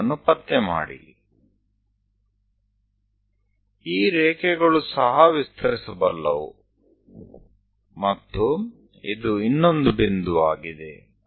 આ લીટીઓ પણ લંબાવી શકાય તેવી છે અને આ બીજુ બિંદુ છે